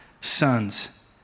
sons